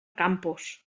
campos